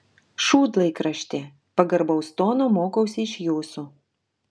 šūdlaikrašti pagarbaus tono mokausi iš jūsų